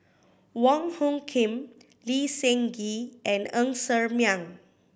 Wong Hung Khim Lee Seng Gee and Ng Ser Miang